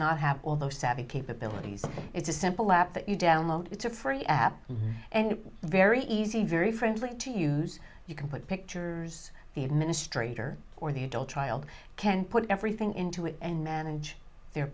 not happen although savvy capabilities it's a simple lap that you download it's a free app and very easy very friendly to use you can put pictures the administrator or the adult child can put everything into it and manage their